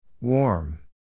Warm